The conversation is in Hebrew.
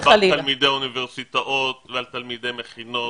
תלמידי אוניברסיטאות ועל תלמידי מכינות.